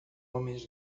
homens